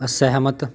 ਅਸਹਿਮਤ